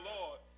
Lord